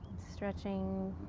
stretching.